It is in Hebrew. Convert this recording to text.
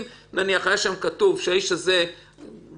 אם כתוב שהאיש הזה גנב,